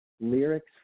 lyrics